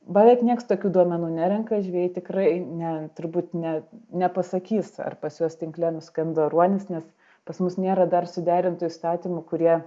beveik nieks tokių duomenų nerenka žvejai tikrai ne turbūt ne nepasakys ar pas juos tinkle nuskendo ruonis nes pas mus nėra dar suderintų įstatymų kurie